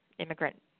immigrant